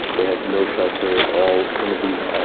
they have no shelter at all. some of these, ah